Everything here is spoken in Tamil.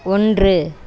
ஒன்று